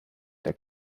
der